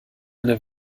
eine